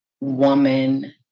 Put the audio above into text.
woman